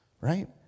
right